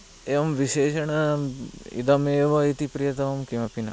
एवं विशेषेण इदमेव इति प्रियतमं किमपि न